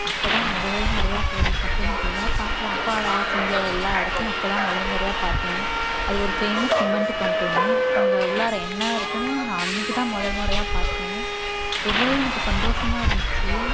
அப்போ தான் முதல் முறையாக போகிறேன் கம்பெனிக்குள்ளே பார்க்குறேன் அப்பா வேலை செஞ்ச எல்லா இடத்தையும் அப்போ தான் முதல் முறையாக பார்த்தேன் அது ஒரு ஃபேமஸ் சிமெண்ட் கம்பெனி அங்கே உள்ளார என்ன இருக்குன்னு நான் அன்னிக்கி தான் முதல் முறையா பார்த்தேன் ரொம்பவே எனக்கு சந்தோஷமாக இருந்துச்சு